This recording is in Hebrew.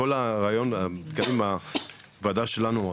כל הרעיון עם הוועדה שלנו,